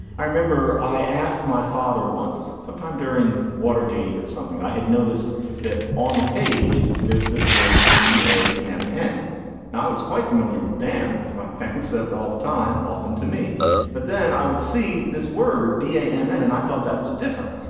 i remember i asked my father once sometime during watergate or something i had noticed that on the page there's this word dea and n now i was quite familiar with dan because my parents said it all the time often to me but then i would see this word dea airmen and i thought that was different.